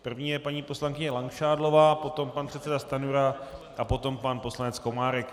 První je paní poslankyně Langšádlová, potom pan předseda Stanjura a potom pan poslanec Komárek.